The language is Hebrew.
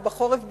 ובחורף בפרט,